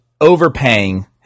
overpaying